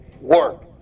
work